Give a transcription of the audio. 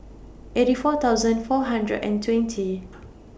eighty four thousand four hundred and twenty